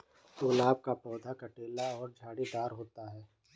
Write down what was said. गुलाब का पौधा कटीला और झाड़ीदार होता है